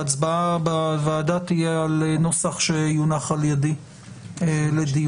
ההצבעה בוועדה תהיה על נוסח שיונח על ידי לדיון.